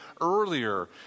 earlier